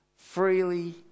Freely